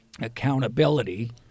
accountability